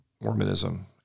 Mormonism